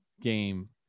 game